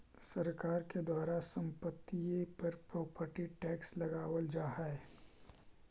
सरकार के द्वारा संपत्तिय पर प्रॉपर्टी टैक्स लगावल जा हई